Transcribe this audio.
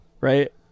right